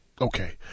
Okay